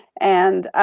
and